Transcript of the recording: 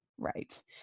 right